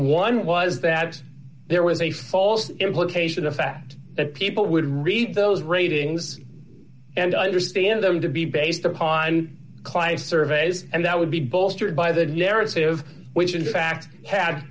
one was that there was a false implication of fact that people would read those ratings and understand them to be based upon clive surveys and that would be bolstered by the narrative which in fact had